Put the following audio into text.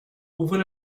ouvrez